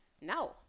no